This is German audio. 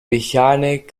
mechanik